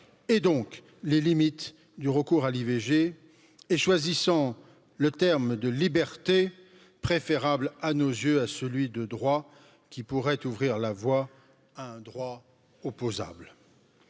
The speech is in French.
et donc les limites du recours à l'i v g et choisissant le terme de liberté préférable à nos yeux à celui de droit qui pourrait ouvrir la voie à un droit opposable